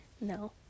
no